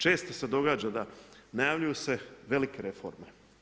Često se događa da najavljuju se velike reforme.